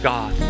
God